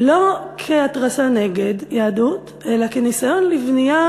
לא כהתרסה נגד יהדות אלא כניסיון לבנייה